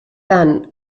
tant